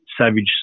savage